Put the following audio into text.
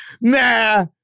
nah